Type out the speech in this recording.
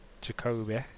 Jacoby